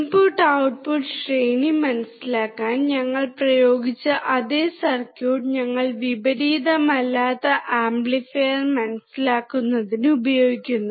input output voltage ശ്രേണി മനസിലാക്കാൻ ഞങ്ങൾ ഉപയോഗിച്ച അതേ സർക്യൂട്ട് ഞങ്ങൾ വിപരീതമല്ലാത്ത ആംപ്ലിഫയർ മനസിലാക്കുന്നതിന് ഉപയോഗിക്കുന്നു